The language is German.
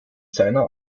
seiner